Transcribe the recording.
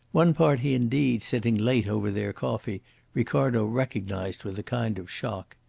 one party indeed sitting late over their coffee ricardo recognised with a kind of shock.